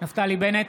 נפתלי בנט,